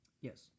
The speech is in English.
Yes